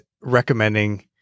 recommending